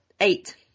eight